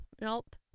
Nope